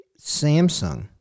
samsung